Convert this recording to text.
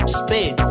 spin